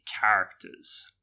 characters